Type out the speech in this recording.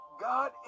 God